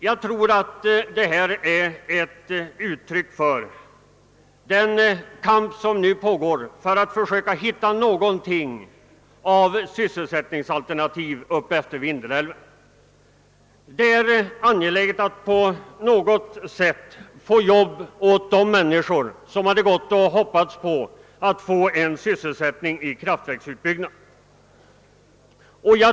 Jag tror emellertid att motionsförslaget är ett uttryck för den kamp som nu pågår för att söka hitta något sysselsättningsalternativ utefter Vindelälven. Det är angeläget att på något sätt skaffa jobb åt de människor som hade hoppats få sysselsättning vid kraftverksutbyggnaden.